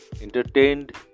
entertained